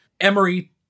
Emery